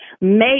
make